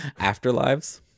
Afterlives